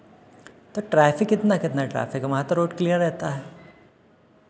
तो ट्रैफ़िक कितना कितना है ट्रैफ़िक वहाँ तो रोड क्लीयर रहता है